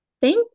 Thank